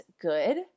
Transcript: good